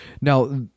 Now